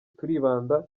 turibanda